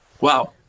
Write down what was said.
Wow